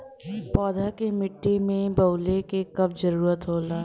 पौधा के मिट्टी में बोवले क कब जरूरत होला